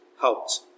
helped